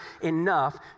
enough